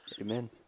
amen